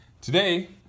today